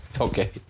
Okay